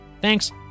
thanks